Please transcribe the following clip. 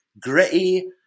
gritty